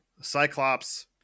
Cyclops